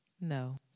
No